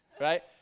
right